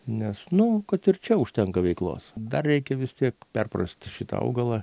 nes nu kad ir čia užtenka veiklos dar reikia vis tiek perprast šitąį augalą